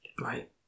Right